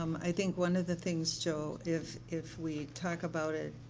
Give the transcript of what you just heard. i think one of the things, joe, if if we talk about it